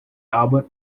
album